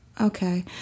Okay